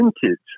vintage